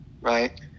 Right